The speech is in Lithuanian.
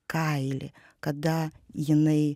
kaily kada jinai